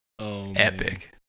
Epic